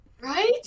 Right